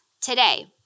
today